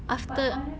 after